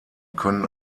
können